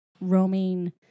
roaming